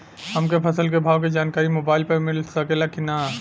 हमके फसल के भाव के जानकारी मोबाइल पर मिल सकेला की ना?